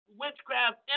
witchcraft